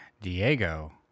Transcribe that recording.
Diego